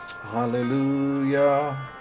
hallelujah